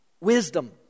Wisdom